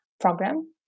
program